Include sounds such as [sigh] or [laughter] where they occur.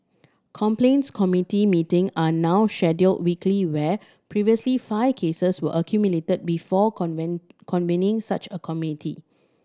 complaints committee meeting are now scheduled weekly where previously five cases were accumulated before [unintelligible] convening such a community